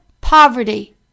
poverty